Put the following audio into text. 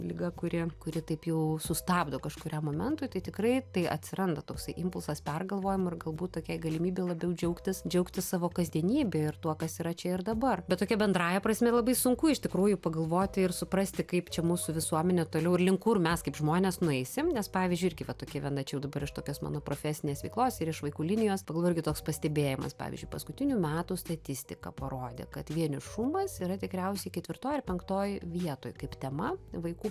liga kuri kuri taip jau sustabdo kažkuriam momentui tai tikrai tai atsiranda toksai impulsas pergalvojimui ir galbūt tokiai galimybei labiau džiaugtis džiaugtis savo kasdienybe ir tuo kas yra čia ir dabar bet tokia bendrąja prasme labai sunku iš tikrųjų pagalvoti ir suprasti kaip čia mūsų visuomenė toliau ir link kur mes kaip žmonės nueisim nes pavyzdžiui irgi va tokia viena čia jau dabar iš tokios mano profesinės veiklos ir iš vaikų linijos pagalvojau irgi toks pastebėjimas pavyzdžiui paskutinių metų statistika parodė kad vienišumas yra tikriausiai ketvirtoj ar penktoj vietoj kaip tema vaikų